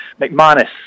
McManus